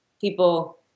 People